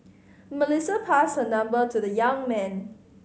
Melissa passed her number to the young man